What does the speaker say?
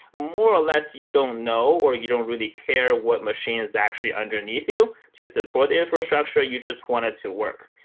more or less you don't know or you don't really care what machine is actually underneath you to support infrastructure. you just want it to work.